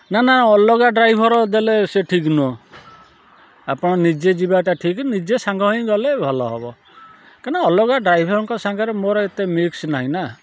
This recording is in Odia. ନା ନା ଅଲଗା ଡ୍ରାଇଭର୍ ଦେଲେ ସେ ଠିକ୍ ନୁହ ଆପଣ ନିଜେ ଯିବା ଟା ଠିକ୍ ନିଜେ ସାଙ୍ଗ ହେଇ ଗଲେ ଭଲ ହବ କାରଣ ଅଲଗା ଡ୍ରାଇଭରଙ୍କ ସାଙ୍ଗରେ ମୋର ଏତେ ମିକ୍ସ ନାହିଁ ନା